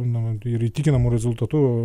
nu ir įtikinamu rezultatu